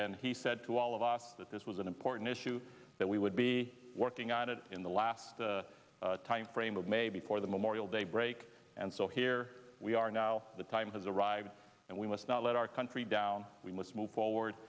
when he said to all of us that this was an important issue that we would be working on it in the last the timeframe of maybe for the memorial day break and so here we are now the time has arrived and we must not let our country down we must move forward